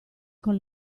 con